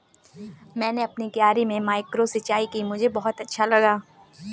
मैंने अपनी क्यारी में माइक्रो सिंचाई की मुझे बहुत अच्छा लगा